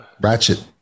Ratchet